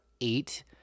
eight